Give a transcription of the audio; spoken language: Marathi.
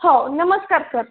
हो नमस्कार सर